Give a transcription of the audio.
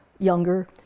younger